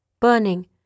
burning